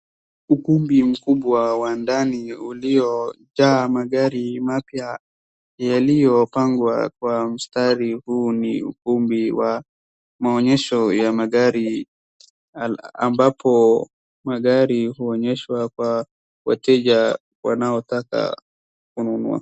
Ukumbi mkubwa wa ndani uliojaa magari mapya yaliyopangwa kwa mstari. Huu ni ukumbi wa maonyesho ya magari ambapo magari huonyeshwa kwa wateja wanaotaka kununua.